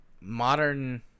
modern